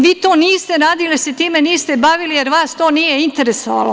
Vi to niste radili, jer se time niste bavili, jer vas to nije interesovalo.